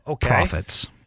Profits